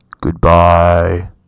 Goodbye